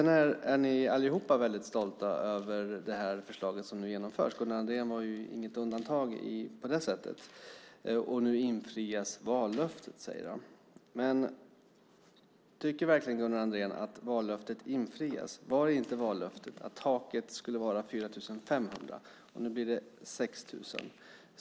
Ni är alla väldigt stolta över det förslag som ni genomför. Gunnar Andrén var inget undantag på det sättet. Och nu infrias vallöftet, säger han. Men tycker Gunnar Andrén verkligen att vallöftet infrias? Var inte vallöftet att taket skulle vara 4 500? Nu blir det 6 000.